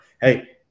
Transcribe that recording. Hey